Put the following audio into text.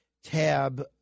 Tab